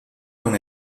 con